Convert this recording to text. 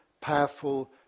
powerful